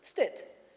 Wstyd.